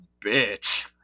bitch